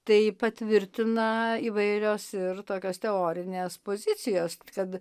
tai patvirtina įvairios ir tokios teorinės pozicijos kad